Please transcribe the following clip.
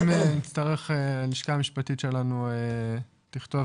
אם נצטרך הלשכה המשפטית שלנו תכתוב